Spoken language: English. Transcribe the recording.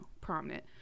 prominent